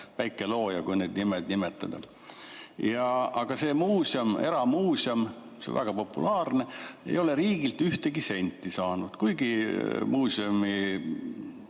päike looja, kui need nimed saavad nimetatud. Aga see muuseum, eramuuseum, mis on väga populaarne, ei ole riigilt ühtegi senti saanud, kuigi muuseumijuhid